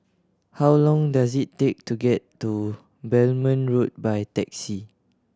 how long does it take to get to Belmont Road by taxi